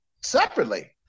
separately